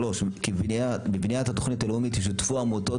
כי בבניית התוכנית הלאומית ישותפו העמותות